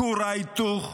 כור ההיתוך,